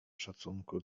szacunku